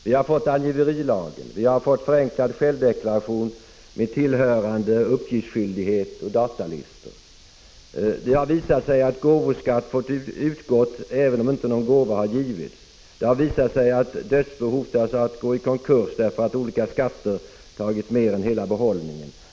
Vi har fått angiverilagen, vi har fått förenklad självdeklaration med tillhörande uppgiftsskyldighet och datalistor. Det har visat sig att gåvoskatt utgått även om inte någon gåva har givits, att dödsbo hotas av att gå i konkurs därför att olika skatter tagit mer än hela behållningen.